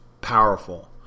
powerful